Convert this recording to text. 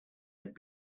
had